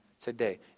today